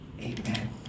Amen